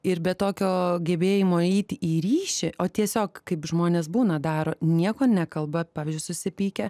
ir be tokio gebėjimo eiti į ryšį o tiesiog kaip žmonės būna daro nieko nekalba pavyzdžiui susipykę